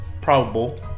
probable